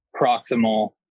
proximal